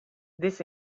this